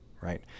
right